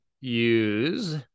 use